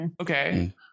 okay